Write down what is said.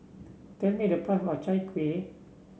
tell me the price of Chai Kueh